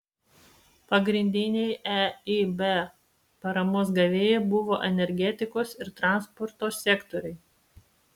pagrindiniai eib paramos gavėjai buvo energetikos ir transporto sektoriai